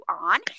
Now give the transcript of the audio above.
on